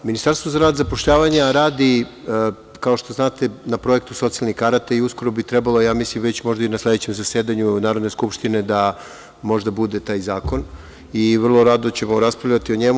Ministarstvo za rad i zapošljavanja radi, kao što znate na projektu socijalnih karata i uskoro bi trebalo ja mislim već i na sledećem zasedanju Narodne skupštine, da možda bude taj zakon i vrlo rado ćemo raspravljati o njemu.